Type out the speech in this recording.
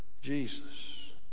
Jesus